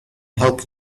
help